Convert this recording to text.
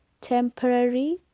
temporary